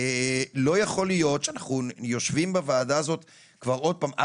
לא יכול להיות שאנחנו יושבים בוועדה הזאת כל פעם,